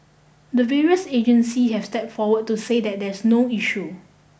the various agencies have step forward to say that there's no issue